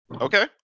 Okay